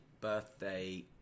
birthday